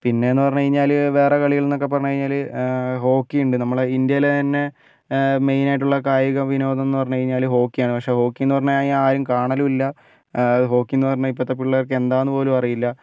പിന്നെയെന്ന് പറഞ്ഞുകഴിഞ്ഞാൽ വേറെ കളികൾ എന്നൊക്കെ പറഞ്ഞുകഴിഞ്ഞാൽ ഹോക്കി ഉണ്ട് നമ്മുടെ ഇന്ത്യയിലെ തന്നെ മെയിൻ ആയിട്ടുള്ള കായിക വിനോദം എന്ന് പറഞ്ഞുകഴിഞ്ഞാൽ ഹോക്കി ആണ് പക്ഷേ ഹോക്കി എന്ന് പറഞ്ഞുകഴിഞ്ഞാൽ ആരും കാണലുമില്ല ഹോക്കി എന്ന് പറഞ്ഞാൽ ഇപ്പോഴത്തെ പിള്ളേർക്ക് എന്താണെന്ന് പോലും അറിയില്ല